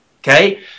okay